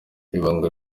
ibanga